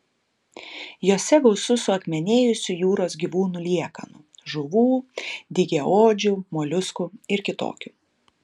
jose gausu suakmenėjusių jūros gyvūnų liekanų žuvų dygiaodžių moliuskų ir kitokių